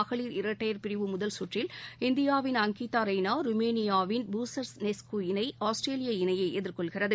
மகளிர் இரட்டையர் பிரிவு முதல் கற்றில் இந்தியாவின் அங்கிதா ரெய்னா ருமேனியாவின் பூசர்னெஸ்கா இணை ஆஸ்திரேலிய இணையை எதிர்கொள்கிறது